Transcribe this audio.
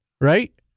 Right